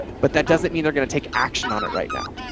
but that doesn't mean they're going to take action on it right now.